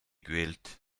gwelet